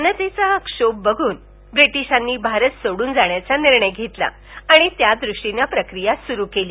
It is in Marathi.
जनतेचा हा क्षोभ बघ्न व्रिटिशांनी भारत सोडून जाण्याचा निर्णय घेतला आणि त्यादृष्टीनं प्रक्रिया सुरू केली